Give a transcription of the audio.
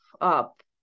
up